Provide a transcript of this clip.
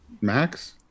Max